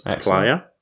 player